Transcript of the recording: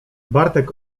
bartek